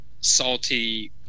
salty